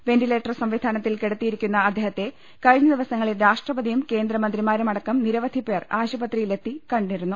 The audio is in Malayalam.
വെന്റിലേറ്റർ സംവി ധാനത്തിൽ കിടത്തിയിരിക്കുന്ന അദ്ദേഹത്തെ കഴിഞ്ഞ ദിവസങ്ങളിൽ രാഷ്ട്രപതിയും കേന്ദ്രമന്ത്രിമാരുമടക്കം നിരവധി പേർ ആശുപത്രി യിലെത്തി കണ്ടിരുന്നു